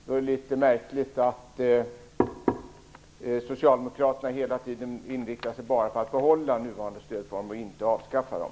Då är det litet märkligt att socialdemokraterna hela tiden inriktar sig på att behålla nuvarande stödformer och inte avskaffa dem.